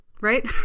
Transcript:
Right